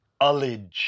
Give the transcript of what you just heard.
Ullage